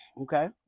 okay